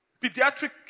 Pediatric